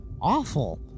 Awful